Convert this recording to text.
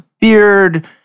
beard